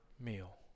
meal